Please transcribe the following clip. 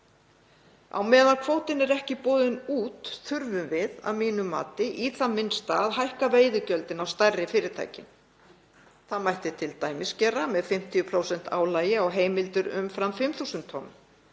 Á meðan kvótinn er ekki boðinn út þurfum við að mínu mati í það minnsta að hækka veiðigjöldin á stærri fyrirtækin. Það mætti t.d. gera með 50% álagi á heimildir umfram 5.000 tonn